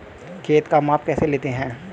खेत का माप कैसे लेते हैं?